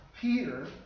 Peter